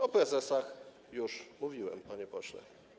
O prezesach już mówiłem, panie pośle.